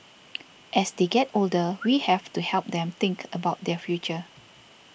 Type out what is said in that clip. as they get older we have to help them think about their future